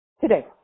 today